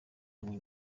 hamwe